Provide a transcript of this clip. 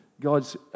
God's